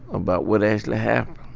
about what actually happened.